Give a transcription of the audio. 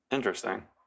Interesting